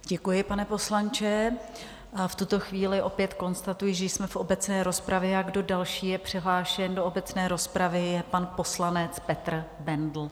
Děkuji, pane poslanče, a v tuto chvíli opět konstatuji, že jsme v obecné rozpravě, a kdo další je přihlášen do obecné rozpravy, je pan poslanec Petr Bendl.